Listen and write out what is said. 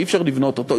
שאי-אפשר לבנות אותו,